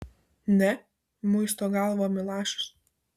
ne muisto galvą milašius